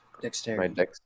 dexterity